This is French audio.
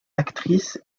actrices